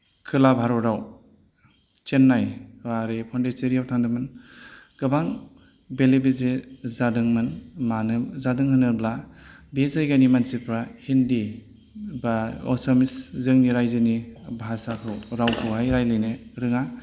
खोला भारताव चेन्नाई आरो पन्दिचेरियाव थांदोंमोन गोबां बेलेबेजे जादोंमोन मानो जादों होनोब्ला बे जायगानि मानसिफ्रा हिन्दी बा असामिस जोंनि राइजोनि भाषाखौ रावखौ रायलायनो रोङा